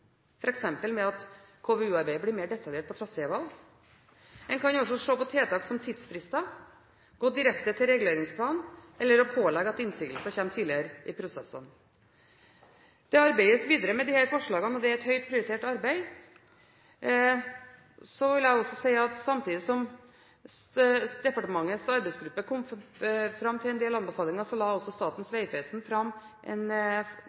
at KVU-arbeidet blir mer detaljert på trasévalg. En kan også se på tiltak som tidsfrister, gå direkte til reguleringsplan eller pålegge at innsigelser kommer tidligere i prosessen. Det arbeides videre med disse forslagene, og det er et høyt prioritert arbeid. Så vil jeg også si at samtidig som departementets arbeidsgruppe kom fram til en del anbefalinger, la Statens vegvesen fram en rapport om effektivisering av planleggingen i veisektoren. Også den rapporten gir en